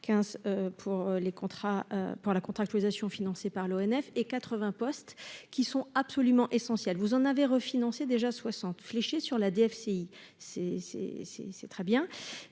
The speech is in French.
pour la contractualisation, financé par l'ONF et 80 postes qui sont absolument essentiels, vous en avez refinancer déjà 60 fléché sur la DFCI, c'est, c'est